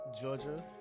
Georgia